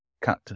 cut